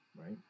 right